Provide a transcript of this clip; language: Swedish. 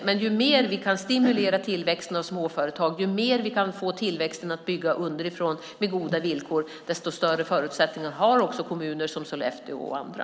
Men ju mer vi kan stimulera tillväxten hos småföretag och ju mer vi kan få tillväxten att bygga underifrån med goda villkor, desto bättre förutsättningar har också kommuner som Sollefteå och andra.